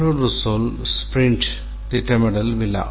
மற்றொரு சொல் ஸ்பிரிண்ட் திட்டமிடல் விழா